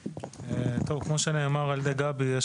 כמו שנאמר על ידי גבי,